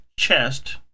chest